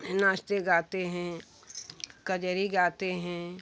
नाचते गाते हैं कजरी गाते हैं